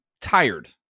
tired